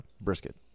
brisket